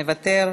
מוותר.